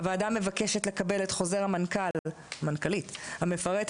הוועדה מבקשת לקבל את חוזר המנכ"לית המפרטת